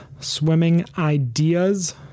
swimmingideas